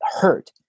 hurt